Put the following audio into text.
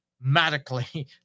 medically